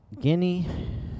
Guinea